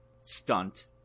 stunt